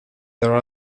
there